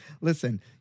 listen